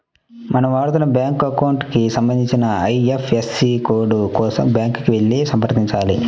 మనం వాడుతున్న bank account కి సంబంధించిన ఐ.ఎఫ్.ఎస్.సి కోడ్ కోసం బ్యాంకుకి వెళ్లి సంప్రదించాలి